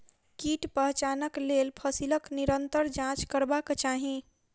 कीट पहचानक लेल फसीलक निरंतर जांच करबाक चाही